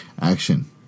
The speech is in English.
action